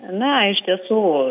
na iš tiesų